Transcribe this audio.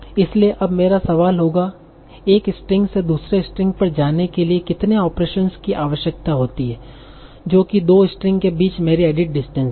इसलिए अब मेरा सवाल होगा एक स्ट्रिंग से दूसरे स्ट्रिंग पर जाने के लिए कितने ऑपरेशनों की आवश्यकता होती है जो कि दो स्ट्रिंग के बीच मेरी एडिट डिस्टेंस है